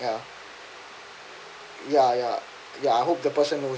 ya ya ya ya I hope the person